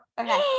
Okay